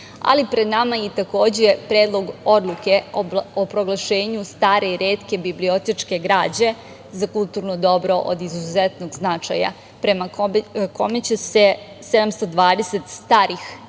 pred nama je i Predlog odluke o proglašenju stare i retke bibliotečke građe za kulturno dobro od izuzetnog značaja prema kome će se 720 starih i